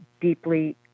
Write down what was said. deeply